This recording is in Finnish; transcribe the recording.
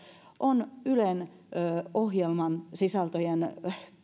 on ylen ohjelmasisältöjen